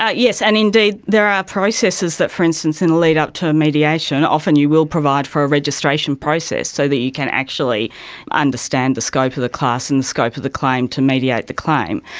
ah yes, and indeed there are processes that, for instance, in the lead up to mediation often you will provide for a registration process so that you can actually understand the scope of the class and the scope of the claim to mediate the claim.